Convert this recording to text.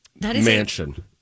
mansion